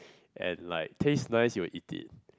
and like taste nice you will eat it